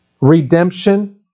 redemption